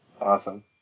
Awesome